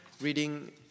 reading